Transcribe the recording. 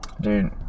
Dude